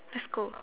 let's go